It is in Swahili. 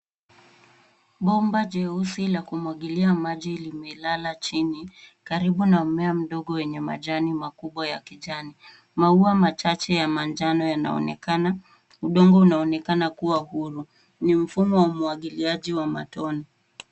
Bomba jeusi la kumwagilia maji limelala chini karibu na mmea mdogo mwenye majani makubwa ya kijani. Maua machache ya manjano yanaonekana . Udongo unaonekana kuwa huru. Ni mfumo wa umuagiliaji wa matone.